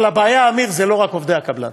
אבל הבעיה, עמיר, זה לא רק עובדי הקבלן